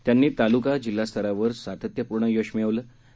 त्यांनी ताल्का जिल्हा स्तरावर सातत्यपूर्ण यश मिळविलं होते